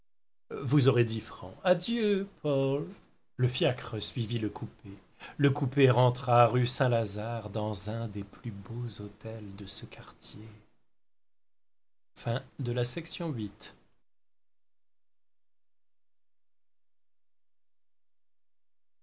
vous aurez dix francs adieu paul le fiacre suivit le coupé le coupé rentra rue saint-lazare dans un des plus beaux hôtels de ce quartier